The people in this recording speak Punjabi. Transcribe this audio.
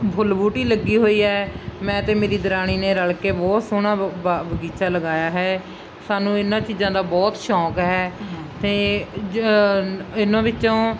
ਫੁੱਲ ਬੂਟੀ ਲੱਗੀ ਹੋਈ ਹੈ ਮੈਂ ਅਤੇ ਮੇਰੀ ਦਰਾਣੀ ਨੇ ਰਲ ਕੇ ਬਹੁਤ ਸੋਹਣਾ ਬਗੀਚਾ ਲਗਾਇਆ ਹੈ ਸਾਨੂੰ ਇਹਨਾਂ ਚੀਜ਼ਾਂ ਦਾ ਬਹੁਤ ਸ਼ੌਕ ਹੈ ਅਤੇ ਜ ਇਹਨਾਂ ਵਿੱਚੋਂ